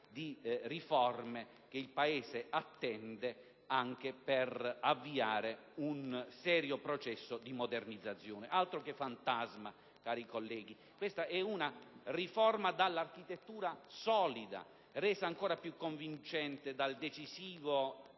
di riforme che il Paese attende anche per avviare un serio processo di modernizzazione. Altro che fantasma, cari colleghi: questa è una riforma dall'architettura solida, resa ancora più convincente dal decisivo